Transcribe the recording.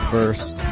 First